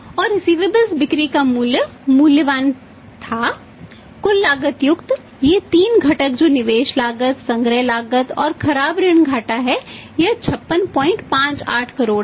और रिसिवेबलस 10250 करोड़ है